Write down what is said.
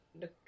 look